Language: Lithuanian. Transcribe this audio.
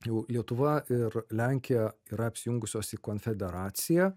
jau lietuva ir lenkija yra apsijungusios į konfederaciją